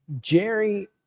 Jerry